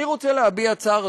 אני רוצה להביע צער,